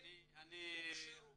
סוציאליים הוכשרו